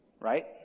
Right